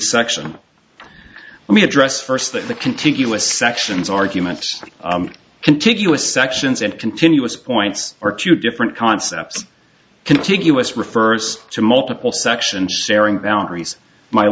section let me address first that the contiguous sections arguments contiguous sections and continuous points are two different concepts contiguous refers to multiple sections sharing boundaries my